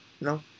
no